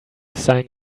sign